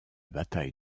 bataille